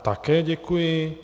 Také děkuji.